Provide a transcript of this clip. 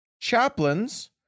Chaplains